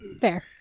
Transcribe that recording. Fair